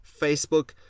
facebook